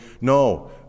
No